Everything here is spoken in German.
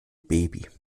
baby